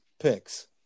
picks